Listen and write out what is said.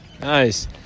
Nice